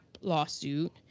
lawsuit